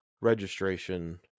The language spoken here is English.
registration